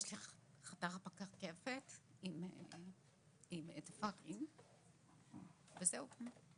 יש לי חתך בקרקפת עם תפרים, וזהו.